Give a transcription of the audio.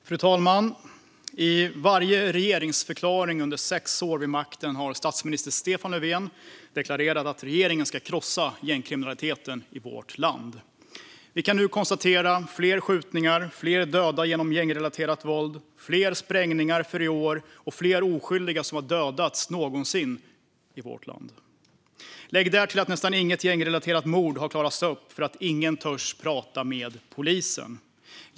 Fru talman! I varje regeringsförklaring under sex år vid makten har statsminister Stefan Löfven deklarerat att regeringen ska krossa gängkriminaliteten i vårt land. Vi kan nu konstatera fler skjutningar, fler döda genom gängrelaterat våld, fler sprängningar för i år och fler oskyldiga som dödats än någonsin i vårt land. Lägg därtill att nästan inget gängrelaterat mord har klarats upp eftersom ingen törs prata med polisen.